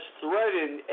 threatened